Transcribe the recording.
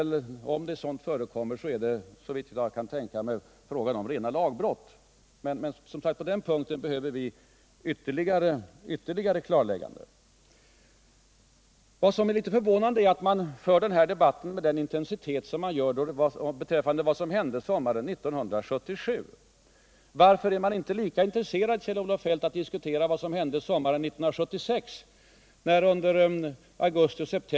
Om sådant före kommer måste det, såvitt jag kan bedöma, vara fråga om rena lagbrott. Men på den punkten behövs ytterligare klarlägganden. Vad som är litet förvånande är att den här debatten förs med sådan intensitet beträffande vad som hände sommaren 1977. Varför är man inte lika intresserad, Kjell-Olof Feldt, att diskutera vad som hände sommaren 1976?